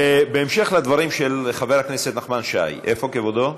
בהמשך לדברים של חבר הכנסת נחמן שי, איפה כבודו?